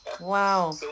Wow